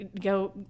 go